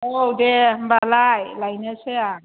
औ दे होमबालाय लायनोसै आं